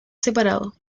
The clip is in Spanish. separado